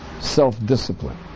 self-discipline